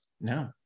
No